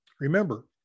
Remember